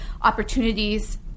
opportunities